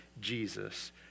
Jesus